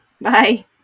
Bye